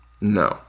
No